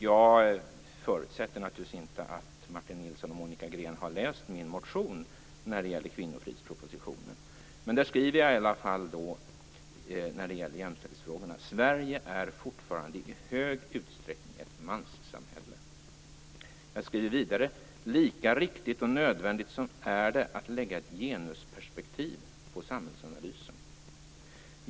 Jag förutsätter naturligtvis inte att Martin Nilsson och Monica Green har läst min motion med anledning av kvinnofridspropositionen, men där skriver jag när det gäller jämställdhetsfrågorna: Sverige är fortfarande i hög utsträckning ett manssamhälle. Jag skriver vidare: Lika riktigt och nödvändigt är det att lägga ett genusperspektiv på samhällsanalysen.